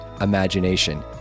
imagination